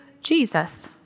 Jesus